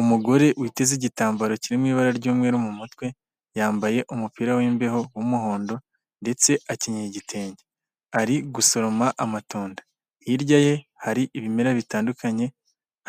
Umugore uteze igitambaro kirimo ibara ry'umweru mu mutwe, yambaye umupira wi'mbeho w'umuhondo, ndetse akeira igitenge, ari gusoroma amatunda, hirya ye hari ibimera bitandukanye,